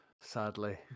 sadly